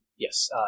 Yes